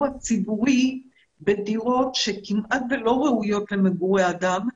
הציבורי בדירות שכמעט ולא ראויות למגורי אדם,